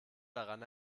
daran